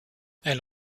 elle